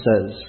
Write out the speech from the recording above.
says